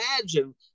imagine